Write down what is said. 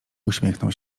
uśmiechnął